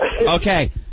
Okay